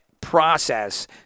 process